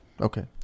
Okay